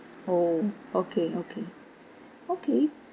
oh okay okay okay